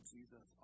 Jesus